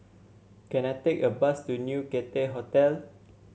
can I take a bus to New Cathay Hotel